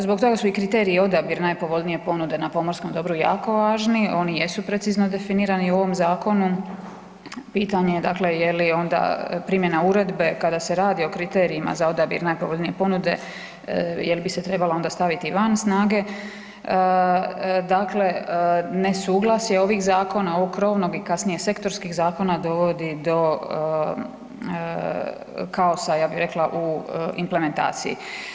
Zbog toga su i kriterij i odabir najpovoljnije ponude na pomorskom dobru jako važni, oni jesu precizno definirani u ovom zakonu, pitanje dakle je li onda primjena uredbe kada se radi o kriterijima za odabir najpovoljnije ponude, jel bi se trebalo onda staviti van snage, dakle nesuglasje ovih zakona, ovog krovnog i kasnije sektorskih zakona, dovodi do kaos ja bi rekla u implementaciji.